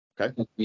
Okay